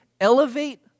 elevate